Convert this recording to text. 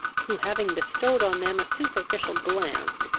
who, having bestowed on them a superficial glance,